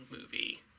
movie